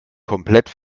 komplett